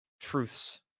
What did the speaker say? truths